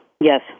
Yes